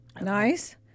nice